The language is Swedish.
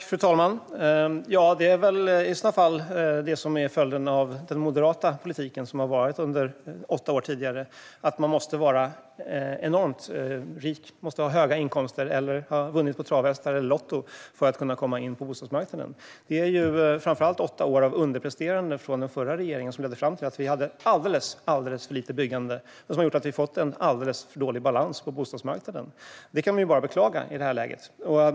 Fru talman! Det är väl följden av den moderata politik som vi hade under åtta år att man måste vara enormt rik - ha höga inkomster eller ha vunnit på travhästar eller lotto - för att kunna komma in på bostadsmarknaden. Det är framför allt åtta år av underpresterande från den förra regeringen som har lett till att vi haft alldeles för lite byggande och fått alldeles för dålig balans på bostadsmarknaden. Det kan vi bara beklaga i det här läget.